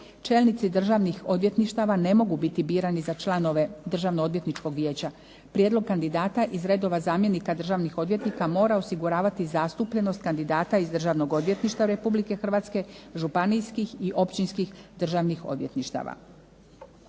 Čelnici državnih odvjetništava ne mogu biti birani za članove Državno-odvjetničkog vijeća. Prijedlog kandidata iz redova zamjenika državnih odvjetnika mora osiguravati zastupljenost kandidata iz Državnog odvjetništva Republike Hrvatske, županijskih, općinskih, državnih odvjetništava.